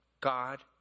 God